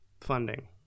funding